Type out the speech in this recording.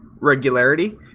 regularity